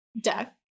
death